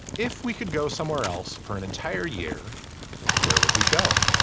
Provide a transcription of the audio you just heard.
if we could go somewhere else for an entire year where would we go